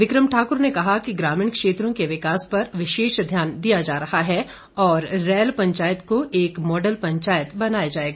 विकम ठाक्र ने कहा कि ग्रामीण क्षेत्रों के विकास पर विशेष ध्यान दिया जा रहा है और रैल पंचायत को एक मॉडल पंचायत बनाया जाएगा